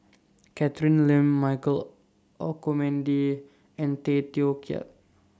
Catherine Lim Michael Olcomendy and Tay Teow Kiat